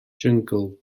jyngl